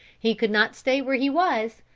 he could not stay where he was,